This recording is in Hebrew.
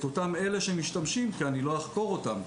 אותם אלה שמשתמשים כי אני לא אחקור אותם.